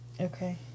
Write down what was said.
Okay